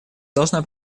должна